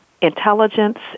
intelligence